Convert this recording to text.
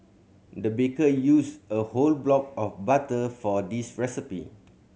the baker used a whole block of butter for this recipe